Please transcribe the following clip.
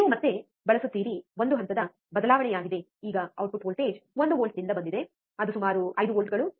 ನೀವು ಮತ್ತೆ ಬಳಸುತ್ತೀರಿ ಒಂದು ಹಂತದ ಬದಲಾವಣೆಯಾಗಿದೆ ಈಗ voltage ಟ್ಪುಟ್ ವೋಲ್ಟೇಜ್ ಒಂದು ವೋಲ್ಟ್ನಿಂದ ಬಂದಿದೆ ಅದು ಸುಮಾರು 5 ವೋಲ್ಟ್ಗಳು